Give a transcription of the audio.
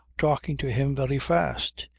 talking to him very fast.